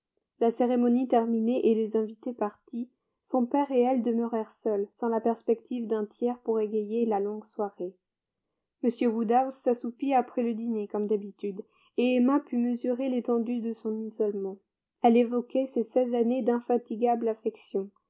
la cérémonie terminée et les invités partis son père et elle demeurèrent seuls sans la perspective d'un tiers pour égayer la longue soirée m woodhouse s'assoupit après le dîner comme d'habitude et emma put mesurer l'étendue de son isolement elle évoquait ces seize années d'infatigable affection